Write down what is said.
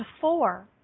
four